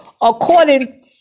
according